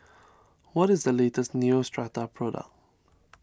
what is the latest Neostrata product